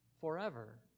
Forever